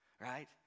right